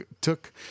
took